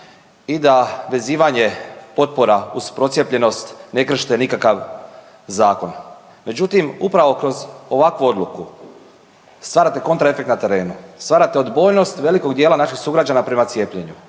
i da vezivanje potpora uz procijepljenost ne krše nikakav zakon. Međutim, upravo kroz ovakvu odluku stvarate kontra efekat na terenu, stvarate odbojnost velikog dijela naših sugrađana prema cijepljenju.